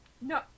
No